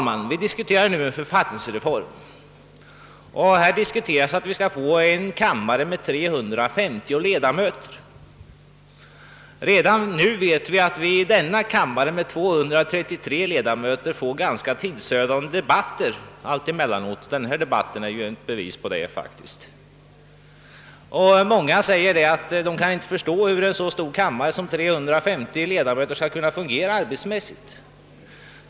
Men vi diskuterar nu en författningsreform innebärande att vi skulle få en kammare med 350 ledamöter. Redan med denna kammare med 233 ledamöter får vi ju ofta ganska tidsödande debatter — den debatt vi nu för är ett bevis för det. Och många säger att de inte kan förstå hur en så stor kammare som med 350 ledamöter skall kunna fungera arbetsmässigt.